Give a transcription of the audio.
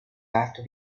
after